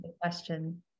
question